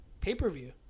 pay-per-view